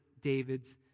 David's